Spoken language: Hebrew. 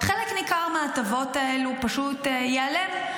חלק ניכר מההטבות האלו פשוט ייעלם.